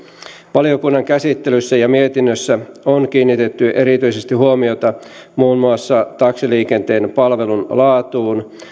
valiokunnan käsittelyssä ja mietinnössä on kiinnitetty erityisesti huomiota muun muassa taksiliikenteen palvelun laatuun